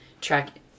track